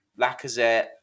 Lacazette